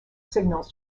signals